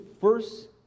first